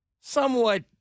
somewhat